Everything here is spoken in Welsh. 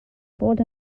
fod